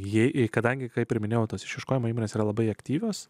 ji į kadangi kaip ir minėjau tas išieškojimas yra labai aktyvios